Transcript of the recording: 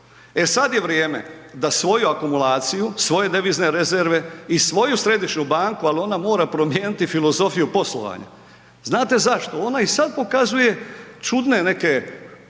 E sada je vrijeme da svoju akumulaciju, svoje devizne rezerve i svoju središnju banku, ali ona mora promijeniti filozofiju poslovanja. Znate zašto? Ona i sada pokazuje čudne neke